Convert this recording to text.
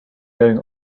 going